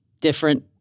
different